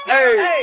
Hey